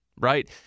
right